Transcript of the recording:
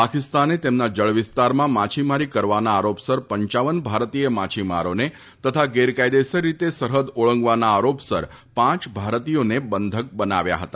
પાકિસ્તાને તેમના જળવિસ્તારમાં માછીમારી કરવાના આરોપસર પપ ભારતીય માછીમારોને તથા ગેરકાયેદસર રીતે સરહદ ઓળંગવાના આરોપસર પ ભારતીયોને બંધક બનાવ્યા હતા